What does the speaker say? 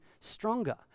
stronger